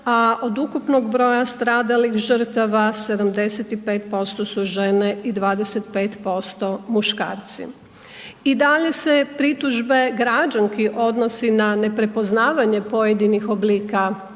a od ukupnog broja stradalih žrtava 75% su žene i 25% muškarci. I dalje se pritužbe građanki odnosi na neprepoznavanje pojedinih oblika